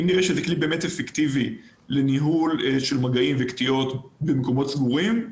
אם נראה שזה כלי באמת אפקטיבי לניהול של מגעים וקטיעות במגעים סגורים,